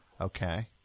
Okay